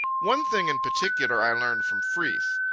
one thing in particular i learned from freeth,